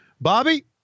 Bobby